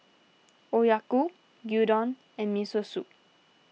Oyaku Gyudon and Miso Soup